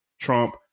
Trump